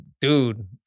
Dude